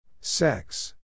Sex